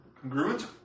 congruent